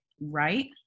right